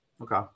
Okay